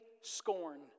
scorn